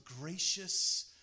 gracious